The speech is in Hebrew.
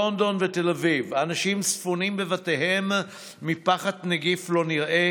לונדון ותל אביב האנשים ספונים בבתיהם מפחד נגיף לא נראה